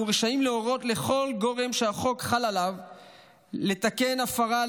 יהיו רשאים להורות לכל גורם שהחוק חל עליו לתקן הפרה,